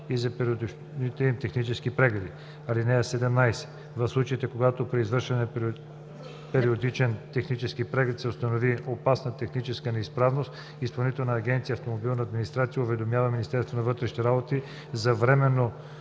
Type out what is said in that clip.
и за периодичните им технически прегледи. (17) В случаите, когато при извършване на периодичен технически преглед се установи опасна техническа неизправност, Изпълнителна агенция „Автомобилна администрация“ уведомява Министерството на вътрешните работи за временно